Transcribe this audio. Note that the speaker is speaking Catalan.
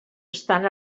estan